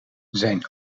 zijn